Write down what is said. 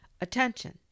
Attention